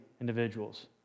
individuals